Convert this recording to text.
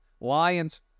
Lions